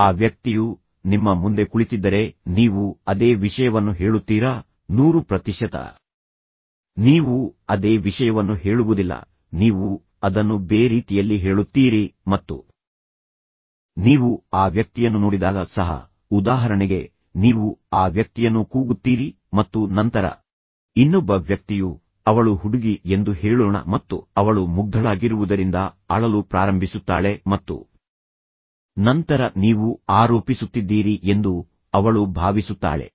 ಆ ವ್ಯಕ್ತಿಯು ನಿಮ್ಮ ಮುಂದೆ ಕುಳಿತಿದ್ದರೆ ನೀವು ಅದೇ ವಿಷಯವನ್ನು ಹೇಳುತ್ತೀರಾ 100 ಪ್ರತಿಶತ ನೀವು ಅದೇ ವಿಷಯವನ್ನು ಹೇಳುವುದಿಲ್ಲ ನೀವು ಅದನ್ನು ಬೇರೆ ರೀತಿಯಲ್ಲಿ ಹೇಳುತ್ತೀರಿ ಮತ್ತು ನೀವು ಆ ವ್ಯಕ್ತಿಯನ್ನು ನೋಡಿದಾಗ ಸಹ ಉದಾಹರಣೆಗೆ ನೀವು ಆ ವ್ಯಕ್ತಿಯನ್ನು ಕೂಗುತ್ತೀರಿ ಮತ್ತು ನಂತರ ಇನ್ನೊಬ್ಬ ವ್ಯಕ್ತಿಯು ಅವಳು ಹುಡುಗಿ ಎಂದು ಹೇಳೋಣ ಮತ್ತು ಅವಳು ಮುಗ್ಧಳಾಗಿರುವುದರಿಂದ ಅಳಲು ಪ್ರಾರಂಭಿಸುತ್ತಾಳೆ ಮತ್ತು ನಂತರ ನೀವು ಆರೋಪಿಸುತ್ತಿದ್ದೀರಿ ಎಂದು ಅವಳು ಭಾವಿಸುತ್ತಾಳೆ